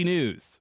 News